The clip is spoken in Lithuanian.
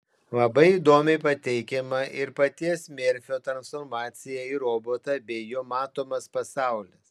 labai įdomiai pateikiama ir paties merfio transformacija į robotą bei jo matomas pasaulis